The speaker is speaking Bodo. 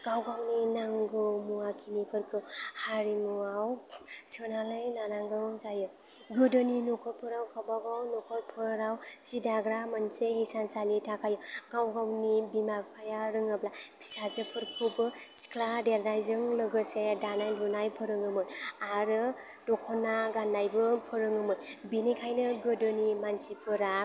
गाव गावनि नांगौ मुवाखिनिफोरखौ हारिमुआव सोनानै लानांगौ जायो गोदोनि न'खरफोराव गावबा गाव न'खरफोराव जि दाग्रा मोनसे हिसानसालिनि थाखाय गावबा गावनि बिमा बिफाया रोङोब्ला फिसाजोफोरखौबो सिख्ला देरनायजों लोगोसे दानाय लुनाय फोरोङोमोन आरो दख'ना गाननायबो फोरोङोमोन बिनिखायनो गोदोनि मानसिफोरा